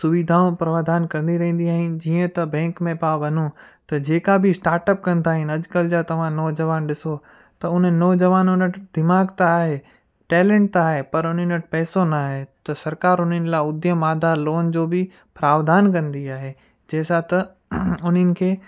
सुविधाऊं प्रवाधान कंदी रहंदियूं आहिनि जीअं त बैंक में पा वञु त जेका बि स्टार्टअप कंदा आहिनि अॼुकल्ह जा तव्हां नौजवान ॾिसो त उन्हनि नौजवाननि वटि दिमाग़ त आहे टैलेंट त आहे पर उन्हनि वटि पैसो न आहे त सरकारु उन्हनि लाइ उधयम आधार लोन जो बि प्रवाधान कंदी आहे जंहिंसां त हुननि खे